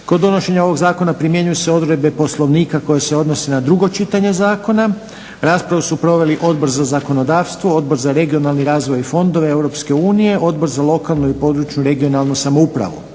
Kod donošenja ovog zakona primjenjuju se odredbe poslovnika koje se odnose na drugo čitanje zakona. Raspravu su proveli Odbor za zakonodavstvo, Odbor za regionalni razvoj i fondove EU, Odbor za lokalnu i područnu, regionalnu samoupravu.